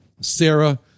Sarah